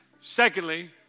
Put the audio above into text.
Secondly